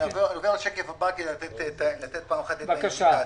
אני עובר לשקף הבא כדי לתת פעם אחת את האינדיקציה.